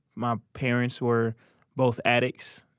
my parents were both addicts.